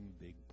big